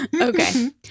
Okay